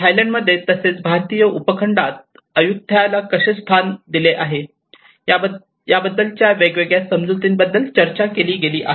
थायलंडमध्ये तसेच भारतीय खंडात अय्युथय़ाला कसे स्थान दिले आहे याबद्दल वेगवेगळ्या समजुतींबद्दल चर्चा केली गेली आहे